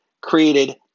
created